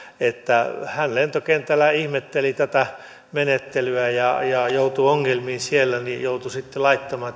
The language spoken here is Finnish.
hän lentokentällä ihmetteli tätä menettelyä joutui ongelmiin siellä ja joutui sitten laittamaan